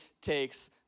takes